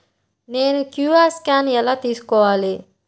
నేను QR scan ఎలా తీసుకోవాలి?